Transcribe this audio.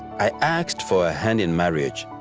i asked for her hand in marriage.